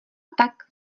tak